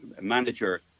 manager